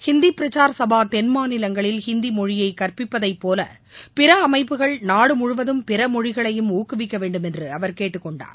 ஹிந்தி பிரசார சபா தென் மாநிலங்களில் ஹிந்தி மொழியை கற்பிப்பதைப் போல பிற அமைப்புகள் நாடு முழுவதும் பிற மொழிகளையும் ஊக்குவிக்கவேண்டும் என்று அவர் கேட்டுக்கொண்டார்